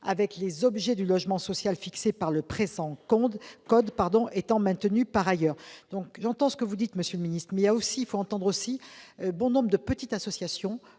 avec les objectifs du logement social fixés par le présent code », est maintenue par ailleurs. J'entends ce que vous dites, monsieur le secrétaire d'État, mais il faut entendre aussi les petites associations